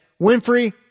Winfrey